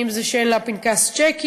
אם זה בכך שאין לה פנקס צ'קים.